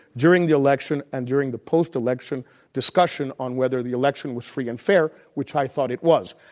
during the election, and during the post-election discussion on whether the election was free and fair, which i thought it was.